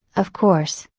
of course,